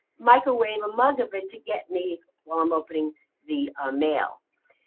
microwave a mug of it to get me while i'm opening the ah mail.